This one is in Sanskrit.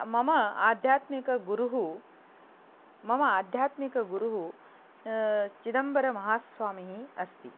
मम आध्यात्मिकगुरुः मम आध्यात्मिकगुरुः चिदम्बरमहास्वामी अस्ति